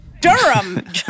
Durham